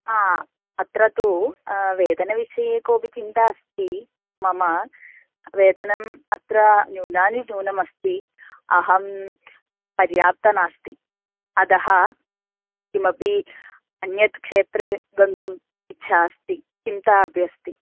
हा अत्र तु वेतनविषये कोऽपि चिन्ता अस्ति मम वेतनानि अत्र न्यूनानि न्यूनमस्ति अहं पर्याप्तं नास्ति अतः किमपि अन्यत् क्षेत्रे गन्तुम् इच्छा अस्ति चिन्ता अपि अस्ति